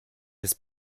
jest